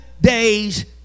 day's